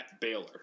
Baylor